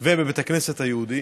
ובבית הכנסת היהודי